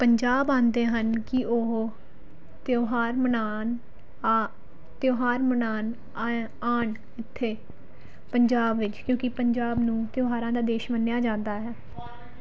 ਪੰਜਾਬ ਆਉਂਦੇ ਹਨ ਕਿ ਉਹ ਤਿਉਹਾਰ ਮਨਾਉਣ ਆ ਤਿਉਹਾਰ ਮਨਾਉਣ ਆਏ ਆਉਣ ਇੱਥੇ ਪੰਜਾਬ ਵਿੱਚ ਕਿਉਂਕਿ ਪੰਜਾਬ ਨੂੰ ਤਿਉਹਾਰਾਂ ਦਾ ਦੇਸ਼ ਮੰਨਿਆ ਜਾਂਦਾ ਹੈ